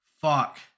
Fuck